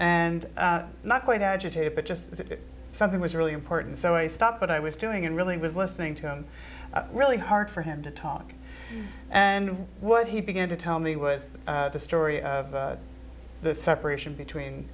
and not quite agitated but just as if something was really important so i stopped what i was doing and really was listening to him really hard for him to talk and what he began to tell me was the story of the separation between